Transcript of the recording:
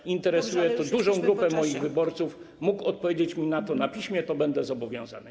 ponieważ interesuje to dużą grupę moich wyborców, mógł odpowiedzieć mi na to na piśmie, to będę zobowiązany.